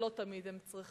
שלא תמיד הם צריכים.